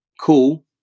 cool